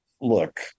look